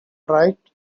right